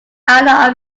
island